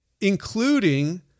including